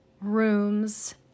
rooms